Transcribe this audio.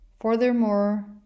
Furthermore